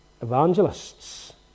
evangelists